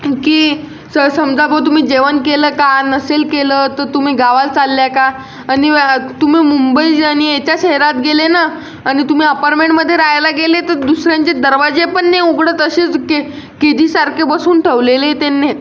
की स समजा गो तुम्ही जेवण केलं का नसेल केलं तर तुम्ही गावाला चालले का आणि तुम्ही मुंबई आणि ह्याच्या शेहरात गेले ना अन तुम्ही अपार्टमेंटमध्ये राहायला गेले तर दुसऱ्यांचे दरवाजे पण नाही उघडत असेच की ते सारखे बसवून ठेवलेले त्यांनी